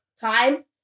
time